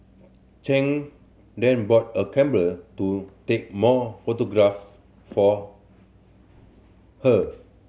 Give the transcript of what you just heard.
Chang then bought a camera to take more photographs for her